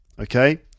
Okay